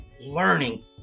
learning